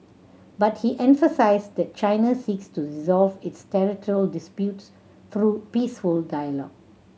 but he emphasised that China seeks to resolve its territorial disputes through peaceful dialogue